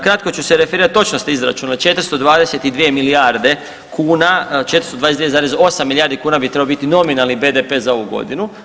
Kratko ću se referirati, točno ste izračunali 422 milijarde kuna 422,8 milijardi kuna bi trebao biti nominalni BDP za ovu godinu.